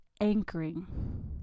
anchoring